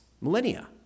millennia